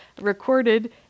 recorded